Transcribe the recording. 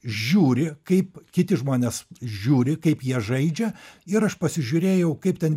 žiūri kaip kiti žmonės žiūri kaip jie žaidžia ir aš pasižiūrėjau kaip ten